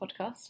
podcast